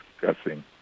discussing